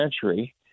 century